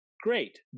Great